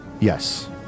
Yes